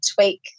tweak